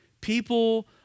people